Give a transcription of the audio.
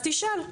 אז תשאל.